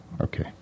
Okay